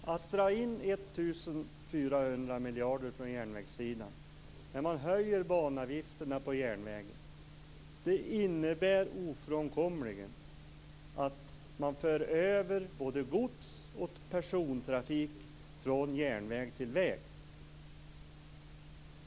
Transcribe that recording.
Fru talman! Att dra in 1 400 miljoner från järnvägssidan och höja banavgifterna på järnvägen innebär ofrånkomligen att man för över både gods och persontrafik från järnväg till väg.